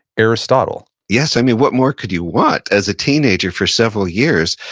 aristotle yes. i mean, what more could you want? as a teenager, for several years,